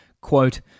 quote